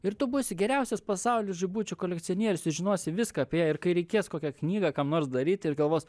ir tu būsi geriausias pasauly žibučių kolekcionierius tu žinosi viską apie ją ir kai reikės kokią knygą kam nors daryti ir galvos